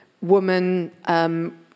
woman